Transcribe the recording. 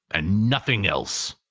and nothing else!